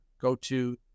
go-to